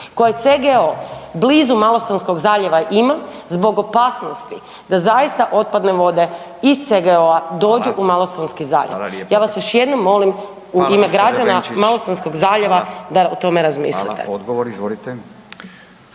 koje CGO blizu Malostonskog zaljeva ima zbog opasnosti da zaista otpadne vode iz CGO-a dođu u Malostonski zaljev? Ja vas još jednom molim u ime građana Malostonskog zaljeva da o tome razmislite.